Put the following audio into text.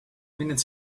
minutes